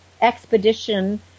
expedition